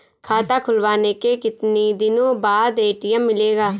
खाता खुलवाने के कितनी दिनो बाद ए.टी.एम मिलेगा?